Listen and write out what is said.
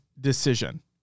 decision